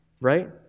right